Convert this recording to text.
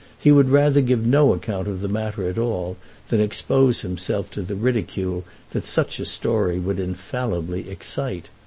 he would rather give no account of the matter at all than expose himself to the ridicule that such a story would infallibly excite.